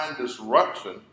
disruption